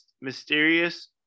mysterious